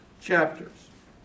chapters